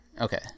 Okay